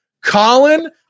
Colin